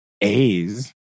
A's